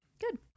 Good